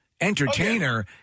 entertainer